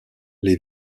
les